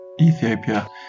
Ethiopia